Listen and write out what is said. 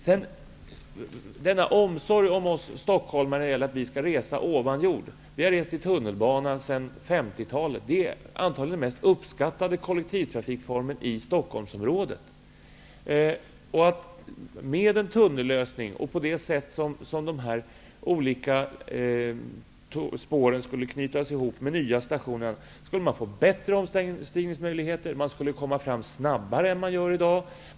Varifrån kommer denna omsorg om oss stockholmare, att vi skall få resa ovan jord? Vi har åkt tunnelbana sedan 50-talet. Det är antagligen den mest uppskattade kollektivtrafikformen i Stockholmsområdet. Med en tunnellösning och genom att de olika spåren skulle knytas ihop med den nya stationen skulle det bli bättre omstigningsmöjligheter. Man skulle komma fram mycket snabbare än i dag.